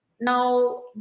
Now